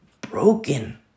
Broken